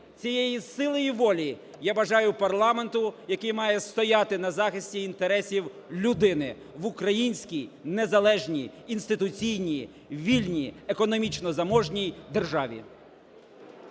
Цією силою волі я бажаю парламенту, який має стояти на захисті інтересів людини в українській незалежній інституційній вільній, економічно заможній державі.